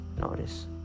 Notice